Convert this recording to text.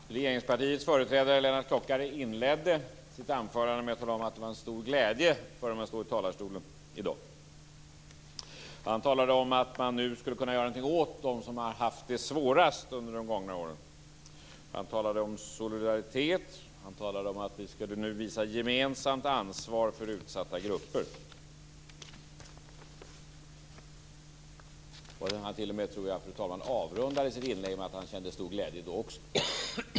Fru talman! Regeringspartiets företrädare Lennart Klockare inledde sitt anförande med att tala om att det var en stor glädje för honom att stå i talarstolen i dag. Han talade om att man nu skulle kunna göra någonting åt dem som har haft det svårast under de gångna åren. Han talade om solidaritet, han talade om att vi nu skulle visa gemensamt ansvar för utsatta grupper. Jag tror, fru talman, att han t.o.m. avrundade sitt inlägg med att säga att han kände stor glädje då också.